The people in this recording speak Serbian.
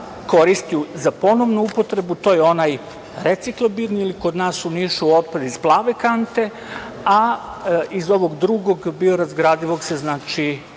koristi za ponovnu upotrebu, to je onaj reciklabilni ili kod nas u Nišu otpad iz plave kante, a iz ovog drugog biorazgradivog se